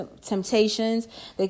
temptations